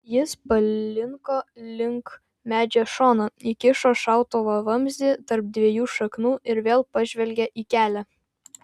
jis palinko link medžio šono įkišo šautuvo vamzdį tarp dviejų šaknų ir vėl pažvelgė į kelią